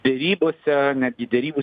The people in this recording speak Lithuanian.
derybose netgi derybų